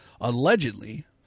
allegedly